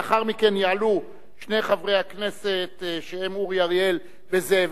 לאחר מכן יעלו שני חברי הכנסת אורי אריאל וזאב